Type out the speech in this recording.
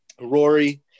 Rory